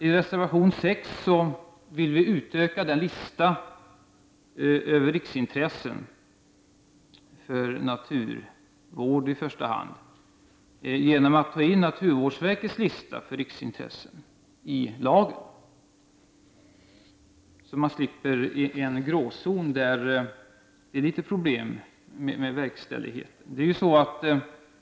I reservation 6 föreslår vi att man utökar listan över riksintressen för i första hand naturvård genom att ta in naturvårdsverkets lista för riksintressen i lagen. Man slipper på det sättet en gråzon i vilken det är problem med verkställigheten.